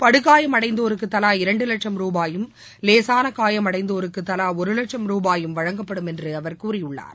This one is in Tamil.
படுகாயம் அடைந்தோருக்கு தலா இரண்டு லட்சம் ரூபாயும் லேசான காயம் அடைந்தோருக்கு தலா ஒரு லட்சம் ரூபாயும் வழங்கப்படும் என்று அவர் கூறியுள்ளார்